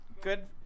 Good